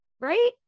right